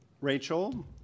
Rachel